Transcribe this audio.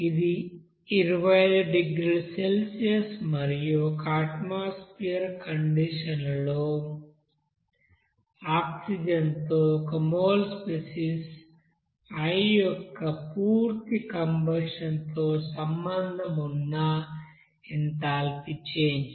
ఇది 25 డిగ్రీల సెల్సియస్ మరియు 1అట్మాస్ఫెర్ స్టాండర్డ్ కండిషన్ లో ఆక్సిజన్తో 1 మోల్ స్పెసిస్ i యొక్క పూర్తి కంబషన్ తో సంబంధం ఉన్న ఎంథాల్పీ చేంజ్